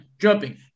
jumping